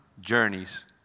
journeys